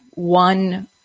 one